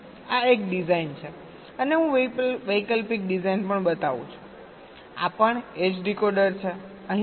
આ એક ડિઝાઇન છે અને હું વૈકલ્પિક ડિઝાઇન પણ બતાવું છુંઆ પણ એ જ ડીકોડર છે